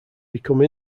become